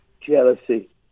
Jealousy